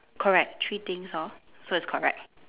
correct three things hor so it's correct